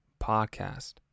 podcast